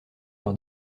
leur